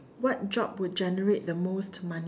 what job would generate the most money